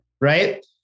right